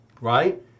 right